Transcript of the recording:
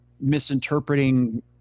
misinterpreting